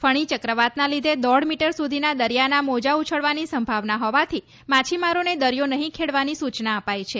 ફણી ચક્રવાતના લીધે દોઢ મીટર સુધીના દરિયાના મોજા ઉછળવાની સંભાવના હોવાથી માછીમારોને દરિયો નહીં ખેડવાની સૂચના અપાઈ છે